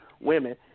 women